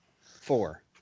Four